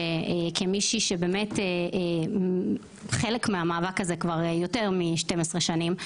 כמישהי שהיא חלק מהמאבק הזה כבר יותר מ-12 שנים: